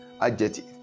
adjective